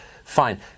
fine